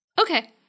Okay